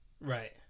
Right